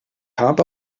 habe